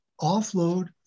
offload